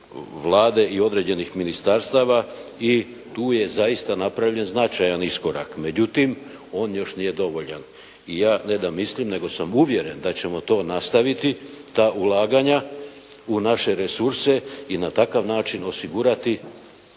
Vlade i određenih ministarstava i tu je zaista napravljen značajan iskorak, međutim, on još nije dovoljan. I ja ne da mislim nego sam uvjeren da ćemo to nastaviti, ta ulaganja u naše resurse i na takav način osigurati